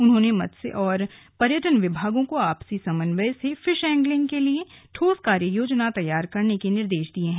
उन्होंने मत्स्य और पर्यटन विभागों को आपसी समन्वय से फिश एग्लिंग के लिए ठोस कार्ययोजना तैयार करने के निर्देश दिये हैं